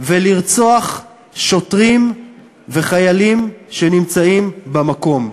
לרצוח שוטרים וחיילים שנמצאים במקום.